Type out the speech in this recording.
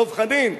דב חנין,